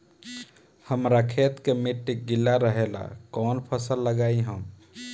हमरा खेत के मिट्टी गीला रहेला कवन फसल लगाई हम?